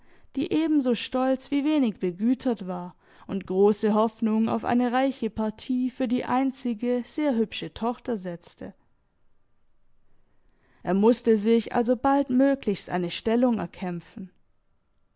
die ebenso stolz wie wenig begütert war und große hoffnung auf eine reiche partie für die einzige sehr hübsche tochter setzte er mußte sich also baldmöglichst eine stellung erkämpfen